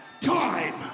time